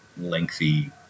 lengthy